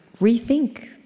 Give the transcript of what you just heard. rethink